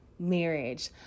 marriage